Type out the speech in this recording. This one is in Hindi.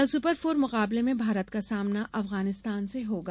कल सुपर फोर मुकाबले में भारत का सामना अफगानिस्तान से होगा